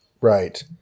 Right